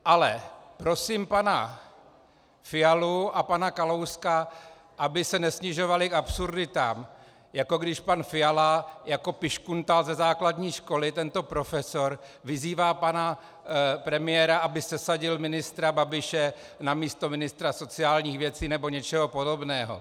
Ale prosím pana Fialu a pana Kalouska, aby se nesnižovali k absurditám, jako když pan Fiala jako piškuntál ze základní školy, tento profesor, vyzývá pana premiéra, aby sesadil ministra Babiše na místo ministra sociálních věcí nebo něčeho podobného.